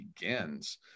begins